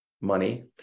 money